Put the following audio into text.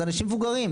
זה אנשים מבוגרים,